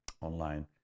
online